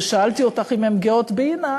שכששאלתי אותך אם הן גאות באימא,